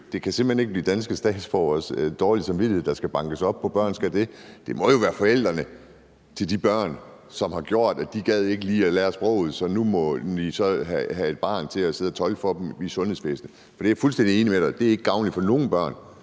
det kan simpelt hen ikke blive danske statsborgeres dårlige samvittighed, i forhold til at børn skal det. Det må jo være de børns forældre, der ikke lige gad at lære sproget, så nu må de så have et barn til at sidde og tolke for dem i sundhedsvæsenet. Og det er jeg fuldstændig enig med dig i ikke er gavnligt for nogen børn,